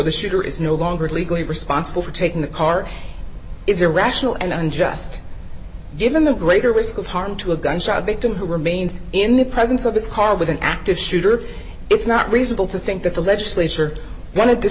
the shooter is no longer legally responsible for taking the car is irrational and unjust given the greater risk of harm to a gunshot victim who remains in the presence of his car with an active shooter it's not reasonable to think that the legislature wanted t